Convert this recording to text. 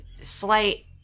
slight